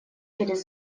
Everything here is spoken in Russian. через